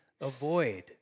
avoid